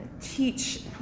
teach